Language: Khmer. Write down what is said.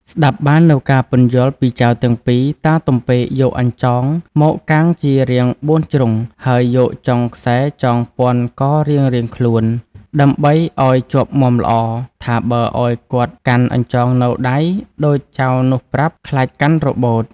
ស្តាប់បាននូវការពន្យល់ពីចៅទាំងពីរ តាទំពែក យកអញ្ចងមកកាងជារាង៤ជ្រុង ហើយ យកចុងខ្សែចងព័ន្ធករៀងៗខ្លួនដើម្បីឱ្យជាប់មាំល្អ ថាបើឱ្យគាត់កាន់អញ្ចងនៅដៃដូចចៅនោះប្រាប់ ខ្លាចកាន់របូត។